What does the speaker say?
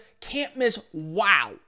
can't-miss-wow